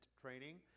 training